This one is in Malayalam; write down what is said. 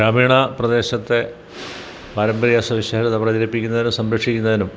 ഗ്രാമീണ പ്രദേശത്തെ പാരമ്പര്യ സുരക്ഷിത പ്രചരിപ്പിക്കുന്നതിനും സംരക്ഷിക്കുന്നതിനും